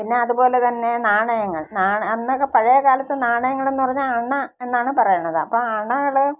പിന്നെ അതുപോലെ തന്നെ നാണയങ്ങൾ നാണ അന്നൊക്കെ പഴയ കാലത്ത് നാണയങ്ങൾ എന്ന് പറഞ്ഞാൽ അണ എന്നാണ് പറയണത് അപ്പം അണകൾ